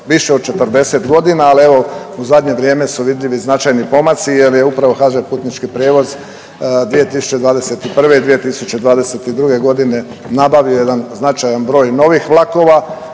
više od 40 godina, ali evo u zadnje vrijeme su vidljivi značajni pomaci jer je upravo HŽ putnički prijevoz 2021. i 2022. godine nabavio jedan značajan broj novih vlakova.